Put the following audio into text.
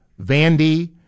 Vandy